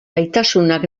gaitasunak